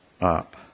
up